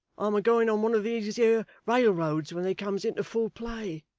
i'm a going on one of these here railroads when they comes into full play